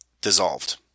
dissolved